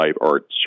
art